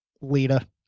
Lita